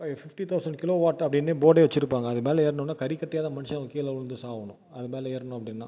fifty thousand kilo watt அப்படின்னு போர்டே வச்சுருப்பாங்க அதுமேலே ஏறுனோன்னா கரிக்கட்டையா தான் மனுஷங்க கீழே உளுந்து சாகணும் அதுமேல ஏறுனோம் அப்படின்னா